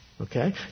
Okay